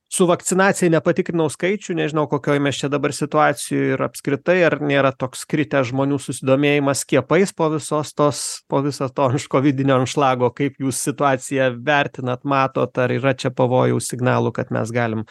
su vakcinacija nepatikrinau skaičių nežinau kokioj mes čia dabar situacijoj ir apskritai ar nėra toks kritęs žmonių susidomėjimas skiepais po visos tos po viso iš kovidinio anšlago kaip jūs situaciją vertinat matot ar yra čia pavojaus signalų kad mes galim